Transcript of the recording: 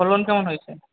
ফলন কেমন হয়েছে